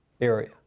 area